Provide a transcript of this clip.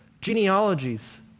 genealogies